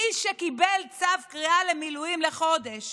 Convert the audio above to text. מי שקיבל צו קריאה למילואים לחודש